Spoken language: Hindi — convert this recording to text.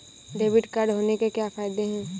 डेबिट कार्ड होने के क्या फायदे हैं?